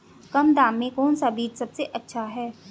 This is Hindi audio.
कम दाम में कौन सा बीज सबसे अच्छा है?